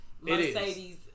Mercedes